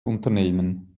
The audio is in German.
unternehmen